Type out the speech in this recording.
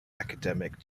academic